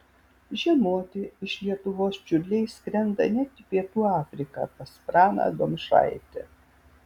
žiemoti iš lietuvos čiurliai skrenda net į pietų afriką pas praną domšaitį